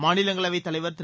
மாநிலங்களவைத் தலைவர் திரு